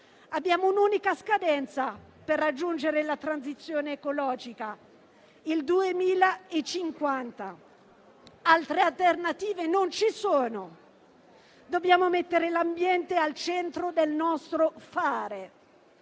Abbiamo un'unica scadenza per raggiungere la transizione ecologica, che è il 2050. Altre alternative non ci sono; dobbiamo mettere l'ambiente al centro del nostro fare.